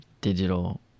digital